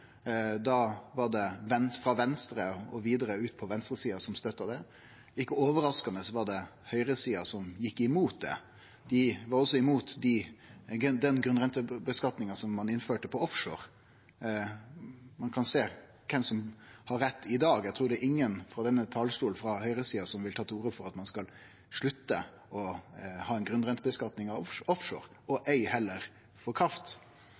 Da var det folk frå Venstre og vidare ut på venstresida som støtta det. Ikkje overraskande var det høgresida som gjekk mot det. Dei var også mot den grunnrenteskattlegginga som ein innførte på offshore. Ein kan sjå kven som har rett i dag – eg trur ingen frå høgresida frå denne talarstolen vil ta til orde for at ein skal slutte å ha ei grunnrenteskattlegging av offshore, og heller ikkje frå kraft.